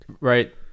Right